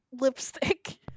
lipstick